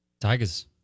Tigers